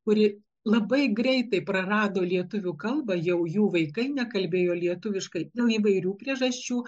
kuri labai greitai prarado lietuvių kalbą jau jų vaikai nekalbėjo lietuviškai dėl įvairių priežasčių